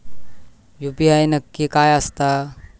UPI नक्की काय आसता?